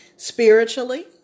spiritually